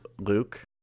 Luke